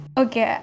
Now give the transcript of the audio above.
okay